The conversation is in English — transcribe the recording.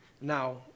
Now